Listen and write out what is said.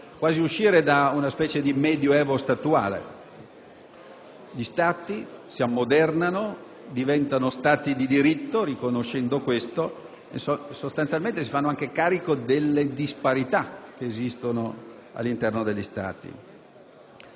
come uscire da una specie di Medioevo statuale. Gli Stati si ammodernano, diventano Stati di diritto e, riconoscendo questo, si fanno sostanzialmente anche carico delle disparità esistenti all'interno degli stessi.